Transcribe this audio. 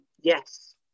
yes